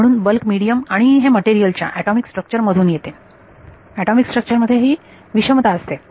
म्हणून bulk medium आणि हे मटेरियल च्या एटॉमिक स्ट्रक्चर मधून हे येते एटॉमिक स्ट्रक्चरमध्ये हे विषमता असते